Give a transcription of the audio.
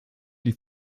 die